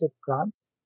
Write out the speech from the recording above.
grants